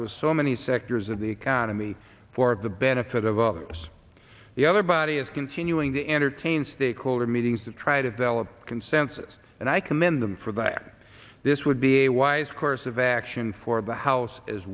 that was so many sectors of the economy for the benefit of others the other body is continuing to entertain stakeholder meetings to try to develop a consensus and i commend them for that this would be a wise course of action for the house as